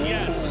Yes